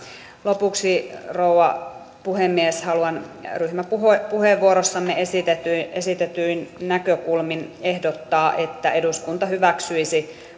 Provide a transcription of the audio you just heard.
lopuksi rouva puhemies haluan ryhmäpuheenvuorossamme esitetyin esitetyin näkökulmin ehdottaa että eduskunta hyväksyisi